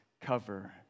cover